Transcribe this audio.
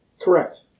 Correct